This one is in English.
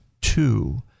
two